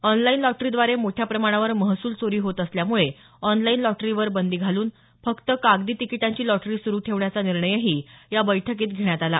online लॉटरीद्वारे मोठ्या प्रमाणावर महसूल चोरी होत असल्यामुळे ऑनलाईन लॉटरीवर बंदी घालून फक्त कागदी तिकिटांची लॉटरी सुरु ठेवण्याचा निर्णयही या बैठकीत घेण्यात आला